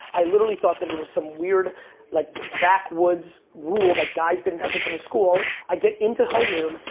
i literally thought that there was some weird like back-woods rule that guys didn't have to come to school. i get into homeroom,